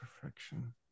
Perfection